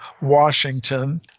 Washington